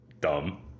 dumb